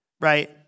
right